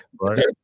right